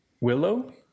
Willow